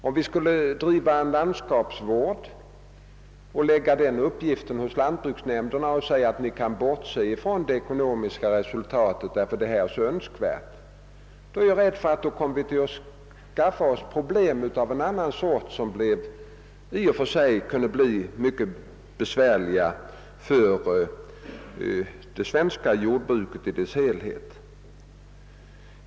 Om vi skulle lägga uppgiften att driva landskapsvård hos lantbruksnämnderna med den förutsättningen att de kunde bortse från det ekonomiska resultatet, eftersom naturvården är så väsentlig, skulle vi säkerligen komma att få andra problem, vilka i och för sig kunde bli mycket besvärliga för det svenska jordbruket i dess helhet.